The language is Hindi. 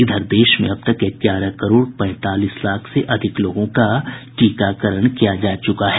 इधर देश में अब तक ग्यारह करोड़ पैंतालीस लाख से अधिक लोगों का टीकाकरण किया जा चुका है